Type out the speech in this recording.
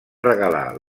regalar